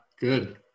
good